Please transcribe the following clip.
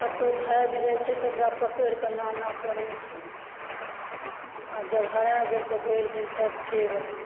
कतौ भागि जाइ छै ओकरा पकड़ के आनऽ पड़ै छै आ जब हरा गेल भरि दिन ताइकते रहै छी